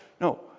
No